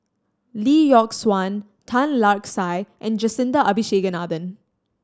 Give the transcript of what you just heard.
Lee Yock Suan Tan Lark Sye and Jacintha Abisheganaden